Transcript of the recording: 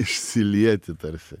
išsilieti tarsi